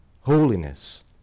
holiness